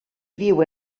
viu